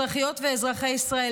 אזרחיות ואזרחי ישראל,